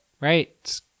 right